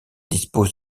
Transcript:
dispose